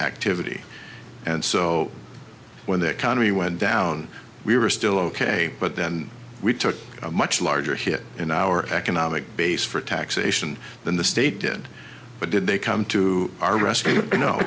activity and so when the economy went down we were still ok but then we took a much larger hit in our economic base for taxation than the state did but did they come to our res